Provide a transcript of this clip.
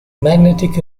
magnetic